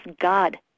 God